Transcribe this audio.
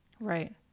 Right